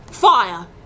fire